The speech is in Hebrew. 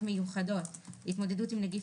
אני מצווה לאמור: תיקון סעיף 2 1. בצו בריאות העם (נגיף